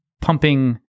pumping